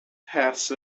passed